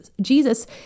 Jesus